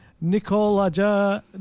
Nicola